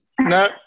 No